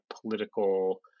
political